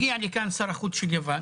הגיע לכאן שר החוץ של יוון,